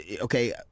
okay